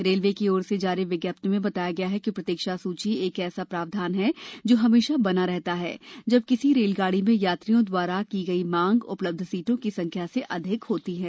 railway की ओर से जारी विज्ञप्ति में बताया गया है कि प्रतीक्षा सूची एक ऐसा प्रावधान है जो हमेशा बना रहता है जब किसी रेलगाड़ी में यात्रियों द्वारा की गई मांग उपलब्ध सीटों की संख्या से अधिक होती है